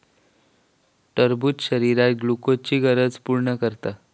टरबूज शरीरात ग्लुकोजची गरज पूर्ण करता